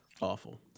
Awful